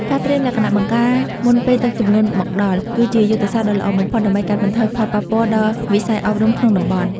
ការត្រៀមលក្ខណៈបង្ការមុនពេលទឹកជំនន់មកដល់ គឺជាយុទ្ធសាស្ត្រដ៏ល្អបំផុត ដើម្បីកាត់បន្ថយផលប៉ះពាល់ដល់វិស័យអប់រំក្នុងតំបន់។